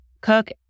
cook